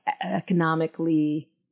economically